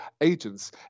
agents